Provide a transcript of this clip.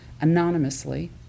anonymously